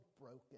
broken